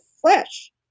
flesh